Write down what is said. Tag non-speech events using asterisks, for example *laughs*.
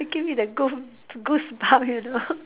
give you that goof goose bump you know *laughs*